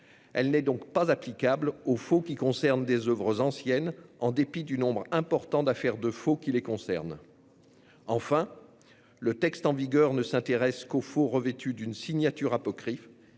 Elle n'est donc pas applicable aux faux qui concernent des oeuvres anciennes, en dépit du nombre important d'affaires en la matière. Enfin, le texte en vigueur ne s'intéresse qu'aux faux revêtus d'une signature apocryphe.